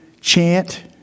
chant